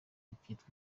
bikitwa